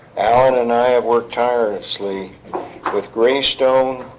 allen and i have worked tirelessly with graystone